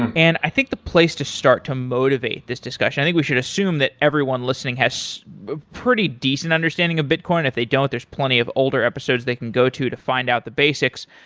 and and i think the place to start to motivate this discussion, i think we should assume that everyone listening has a pretty decent understanding of bitcoin. if they don't, there's plenty of older episodes they can go to to find out the basics.